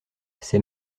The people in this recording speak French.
ses